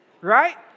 Right